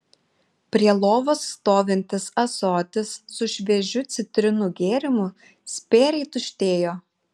prie lovos stovintis ąsotis su šviežiu citrinų gėrimu spėriai tuštėjo